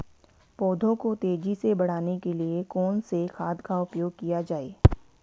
पौधों को तेजी से बढ़ाने के लिए कौन से खाद का उपयोग किया जाए?